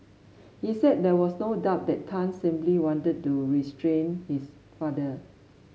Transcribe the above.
he said there was no doubt that Tan simply wanted to restrain his father